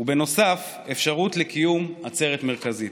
בנוסף, אפשרות לקיום עצרת מרכזית.